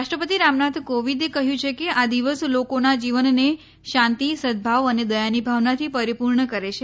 રાષ્ટ્રપતિ રામનાથ કોંવિદે કહ્યું છે કે આ દિવસ લોકોના જીવનને શાંતિ સદભાવ અને દયાની ભાવનાથી પરીપૂર્ણ કરે છે